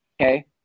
okay